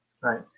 Right